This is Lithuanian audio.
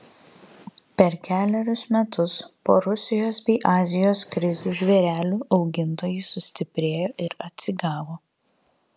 per kelerius metus po rusijos bei azijos krizių žvėrelių augintojai sustiprėjo ir atsigavo